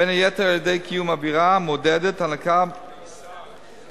בין היתר בקיום אווירה מעודדת הנקה בבתי-היולדות,